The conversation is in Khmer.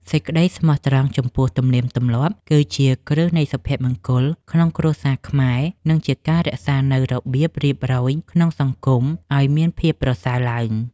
សេចក្តីស្មោះត្រង់ចំពោះទំនៀមទម្លាប់គឺជាគ្រឹះនៃសុភមង្គលក្នុងគ្រួសារខ្មែរ និង ជាការរក្សានូវរបៀបរៀបរយក្នុងសង្គមឱ្យមានភាពប្រសើរឡើង។